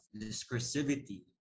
discursivity